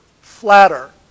flatter